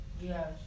Yes